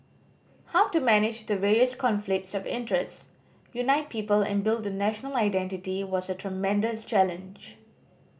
how to manage the various conflicts of interest unite people and build a national identity was a tremendous challenge